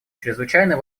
чрезвычайно